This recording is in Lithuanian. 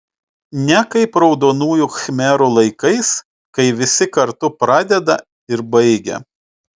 ne kaip raudonųjų khmerų laikais kai visi kartu pradeda ir baigia